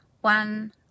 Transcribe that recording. one